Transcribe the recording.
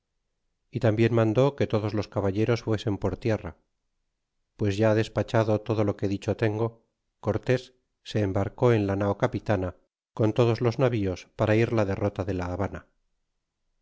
y tambien mandó que todos los caballeros fuesen por tierra pues ya despachado todo lo que dicho tengo cortés se embarcó en la nao capitana con todos los navíos para ir la derrota de la habana